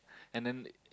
and then